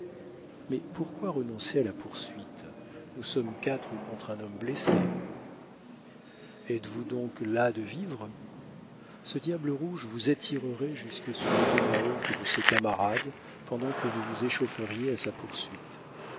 mais pourquoi renoncer à la poursuite nous sommes quatre contre un homme blessé êtes-vous donc las de vivre ce diable rouge vous attirerait jusque sous les tomahawks de ses camarades pendant que vous vous échaufferiez à sa poursuite